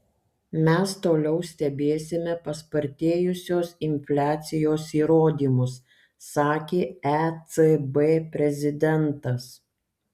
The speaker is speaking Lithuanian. mes toliau stebėsime paspartėjusios infliacijos įrodymus sakė ecb prezidentas